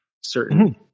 certain